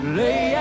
lay